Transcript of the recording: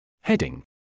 Heading